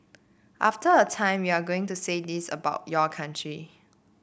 after a time you are going to say this about your country